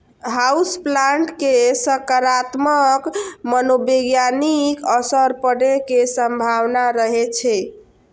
house plant के सकारात्मक मनोवैज्ञानिक असर पड़ै के संभावना रहै छै